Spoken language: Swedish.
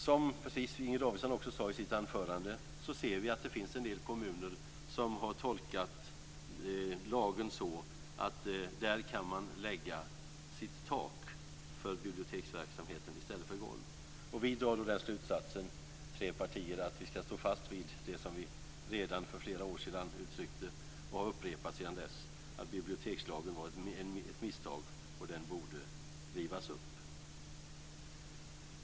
Som Inger Davidson sade i sitt anförande ser vi att det finns en del kommuner som har tolkat lagen så att där kan man lägga sitt tak för biblioteksverksamheten i stället för sitt golv. Vi i tre partier drar den slutsatsen att vi ska stå fast vid det som vi redan för flera år sedan uttryckte och har upprepat sedan dess, nämligen att bibliotekslagen var ett misstag och att den borde rivas upp.